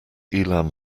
elam